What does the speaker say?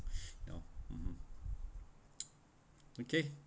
no (uh huh) okay